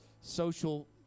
social